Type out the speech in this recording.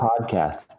podcast